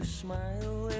smile